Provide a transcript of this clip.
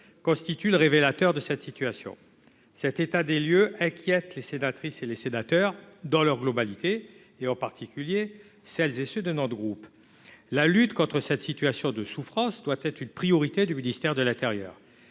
constitue le révélateur de cette situation. Cet état des lieux inquiète l'ensemble des sénatrices et sénateurs, en particulier ceux de notre groupe. La lutte contre cette situation de souffrance doit être une priorité du ministère de l'intérieur.